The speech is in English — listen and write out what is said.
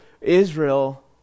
Israel